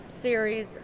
series